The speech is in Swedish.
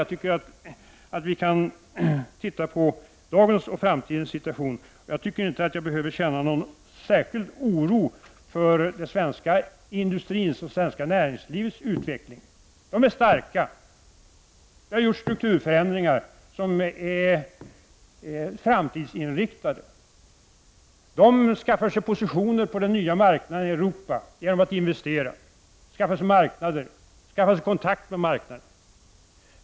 Jag tycker att vi i stället kan titta på dagens och framtidens situation. Jag tycker inte att jag har behov av att känna någon särskild oro för den svenska industrins och det svenska näringslivets utveckling. De är starka. De har gjort strukturförändringar som är framtidsinriktade. De skaffar sig positioner på den nya marknaden i Europa genom att investera. De skaffar sig kontakt med marknader och tillgång till marknader.